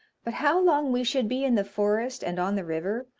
but how long we should be in the forest and on the river,